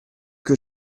que